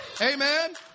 Amen